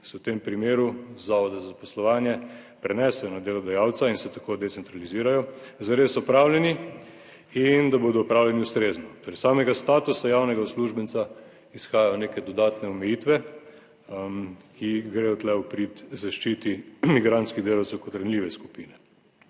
se v tem primeru z Zavoda za zaposlovanje prenesejo na delodajalca in se tako decentralizirajo, zares opravljeni in da bodo opravljeni ustrezno. Torej, samega statusa javnega uslužbenca izhajajo neke dodatne omejitve, ki gredo tu v prid zaščiti migrantskih delavcev kot ranljive skupine.